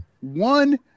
one